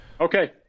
Okay